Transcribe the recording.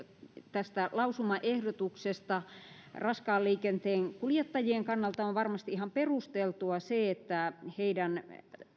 tästä lausumaehdotuksesta raskaan liikenteen kuljettajien kannalta on varmasti ihan perusteltua se että heidän